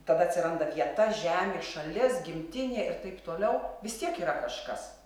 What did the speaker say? tada atsiranda vieta žemė šalis gimtinė ir taip toliau vis tiek yra kažkas